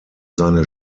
seine